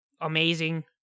amazing